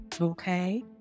okay